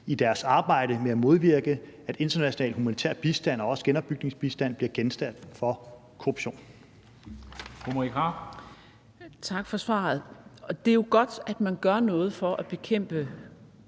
i deres arbejde med at modvirke, at international humanitær bistand og også genopbygningsbistand bliver genstand for korruption.